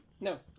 No